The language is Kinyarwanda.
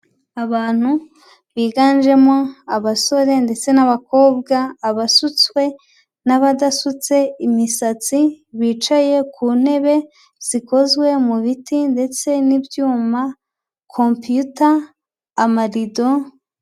Abantu biganjemo abasore ndetse n'abakobwa, abasutswe n'abadasutse imisatsi, bicaye ku ntebe zikozwe mu biti ndetse n'ibyuma, computer, amarido...